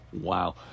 Wow